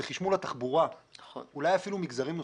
זה חשמול התחבורה ואולי אפילו מגזרים נוספים.